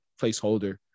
placeholder